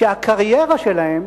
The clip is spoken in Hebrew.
שהקריירה שלהם